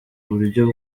uburyo